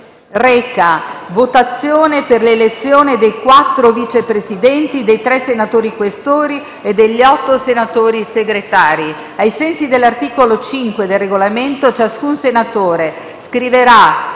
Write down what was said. reca: «Votazione per l’elezione dei quattro Vice Presidenti, dei tre senatori Questori e degli otto senatori Segretari». Ai sensi dell’articolo 5 del Regolamento, ciascun senatore scriverà